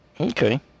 Okay